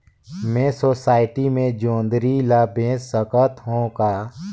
मैं सोसायटी मे जोंदरी ला बेच सकत हो का?